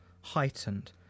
heightened